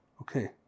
okay